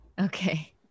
okay